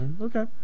Okay